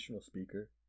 speaker